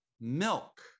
Milk